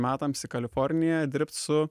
metams į kaliforniją dirbt su